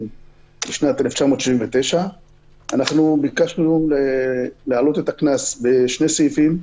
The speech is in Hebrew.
משנת 1979. ביקשנו להעלות את הקנס בשני סעיפים,